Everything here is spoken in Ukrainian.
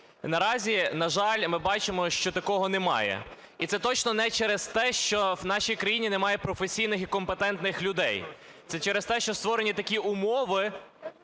Наразі, на жаль, ми бачимо, що такого немає. І це точно не через те, що у нашій країні немає професійних і компетентних людей, це через те, що створені такі умови,